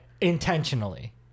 intentionally